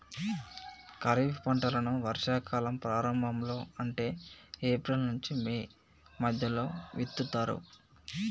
ఖరీఫ్ పంటలను వర్షా కాలం ప్రారంభం లో అంటే ఏప్రిల్ నుంచి మే మధ్యలో విత్తుతరు